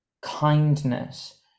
kindness